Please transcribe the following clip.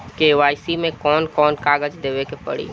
KYC मे कौन कौन कागज देवे के पड़ी?